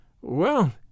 Well